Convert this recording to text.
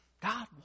God